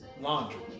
laundry